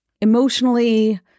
emotionally